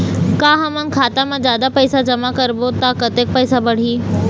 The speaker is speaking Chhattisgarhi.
का हमन खाता मा जादा पैसा जमा करबो ता कतेक पैसा बढ़ही?